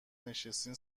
نشستین